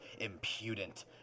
impudent